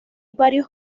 varios